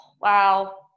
Wow